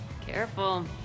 Careful